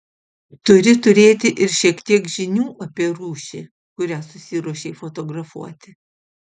turi turėti ir šiek tiek žinių apie rūšį kurią susiruošei fotografuoti